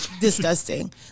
disgusting